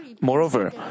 Moreover